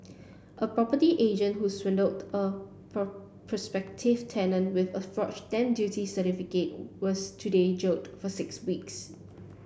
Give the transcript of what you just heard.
a property agent who swindled a prospective tenant with a forged stamp duty certificate was today jailed for six weeks